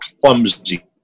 clumsy